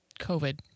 COVID